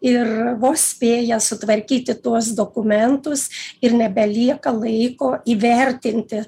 ir vos spėja sutvarkyti tuos dokumentus ir nebelieka laiko įvertinti